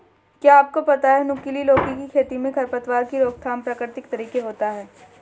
क्या आपको पता है नुकीली लौकी की खेती में खरपतवार की रोकथाम प्रकृतिक तरीके होता है?